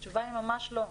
התשובה היא ממש לא.